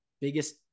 biggest